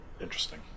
interesting